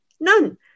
none